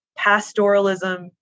pastoralism